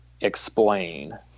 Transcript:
explain